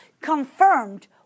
confirmed